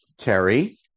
terry